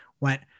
went